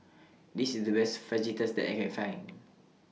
This IS The Best Fajitas that I Can Find